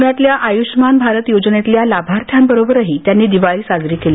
पूण्यातल्या आयुष्यमान भारत योजनेतल्या लाभार्थ्यांबरोबरही त्यांनी दिवाळी साजरी केली